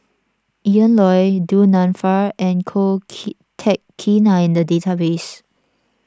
Ian Loy Du Nanfa and Ko Kin Teck Kin are in the database